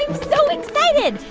so excited.